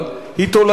היא לא גזירת גורל,